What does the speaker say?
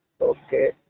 Okay